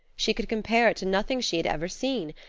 she could compare it to nothing she had ever seen,